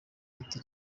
giti